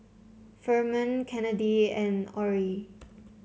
Ferman Kennedy and Orie